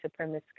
supremacist